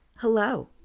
Hello